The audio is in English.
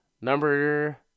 number